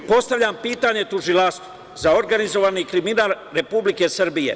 Postavljam pitanje Tužilaštvu za organizovani kriminal Republike Srbije.